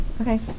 Okay